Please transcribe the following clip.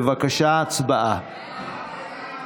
בבקשה, הצבעה.